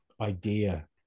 idea